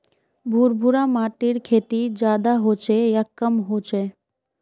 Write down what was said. भुर भुरा माटिर खेती ज्यादा होचे या कम होचए?